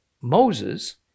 Moses